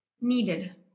Needed